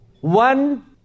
One